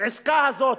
לעסקה הזאת,